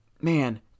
man